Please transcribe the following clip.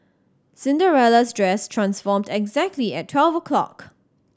Cinderella's dress transformed exactly at twelve o'clock